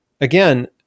again